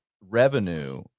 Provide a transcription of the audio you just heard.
revenue